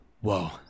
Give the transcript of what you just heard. Whoa